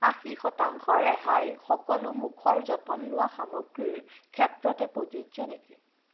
আশী শতাংশ ৰেহাই সকলো মুখৰ যতন লোৱা সামগ্ৰীৰ ক্ষেত্ৰতে প্ৰযোজ্য নেকি